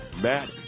Matt